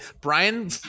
Brian